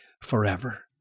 forever